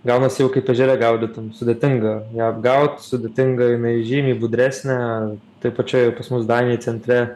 gaunasi jau kaip ežere gaudytum sudėtinga ją apgaut sudėtinga jinai žymiai budresnė toj pačioj pas mus danėj centre